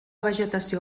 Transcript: vegetació